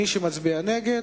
מי שמצביע נגד,